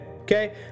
okay